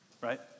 right